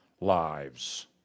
lives